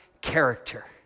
character